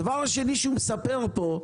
הדבר השני שהוא מספר פה,